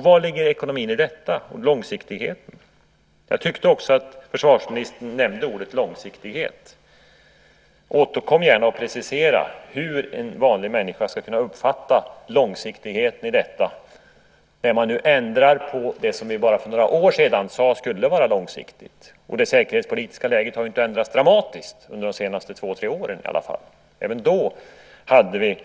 Vari ligger ekonomin, långsiktigheten, i detta? Jag tyckte att försvarsministern också nämnde ordet långsiktighet. Återkom gärna och precisera hur en vanlig människa ska kunna uppfatta långsiktigheten i detta, när man nu ändrar på det som för bara några år sedan sades skulle vara långsiktigt. Det säkerhetspolitiska läget har inte ändrats dramatiskt under de senaste två tre åren i alla fall. Även då gjorde vi